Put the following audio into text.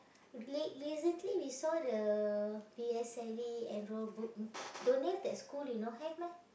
l~ recently we saw the P_S_L_E enrol book don't have that school you know have meh